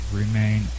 remain